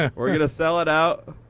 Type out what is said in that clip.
um we're going to sell it out.